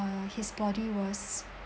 his body was